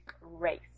race